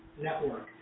network